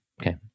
Okay